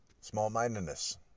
small-mindedness